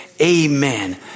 amen